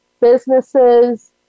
businesses